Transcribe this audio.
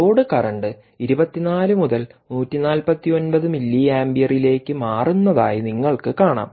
load current 24 മുതൽ 149 മില്ലിയാംപിയറിലേക്ക് മാറുന്നതായി നിങ്ങൾക്ക് കാണാം